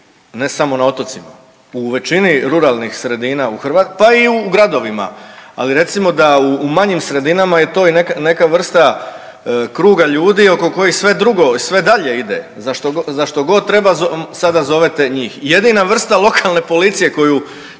ne samo na otocima, u većini ruralnih sredina u Hrvatskoj pa i u gradovima. Ali recimo da u manjim sredinama je to i neka vrsta kruga ljudi oko kojih sve drugo i sve dalje ide, za što god treba sada zovete njih. Jedina vrsta lokalne policije koju